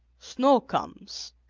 snow comes,